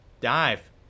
dive